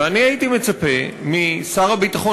ואני הייתי מצפה משר הביטחון,